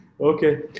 Okay